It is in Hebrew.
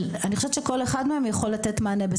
אני חושבת שכל אחד מהם יכול לתת מענה.